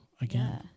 again